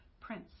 prince